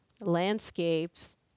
landscapes